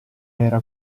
era